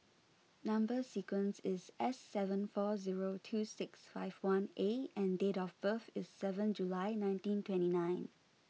number sequence is S seven four zero two six five one A and date of birth is seven July nineteen twenty nine